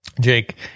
Jake